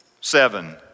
seven